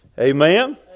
amen